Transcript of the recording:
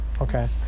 Okay